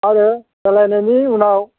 आरो रायलायनायनि उनाव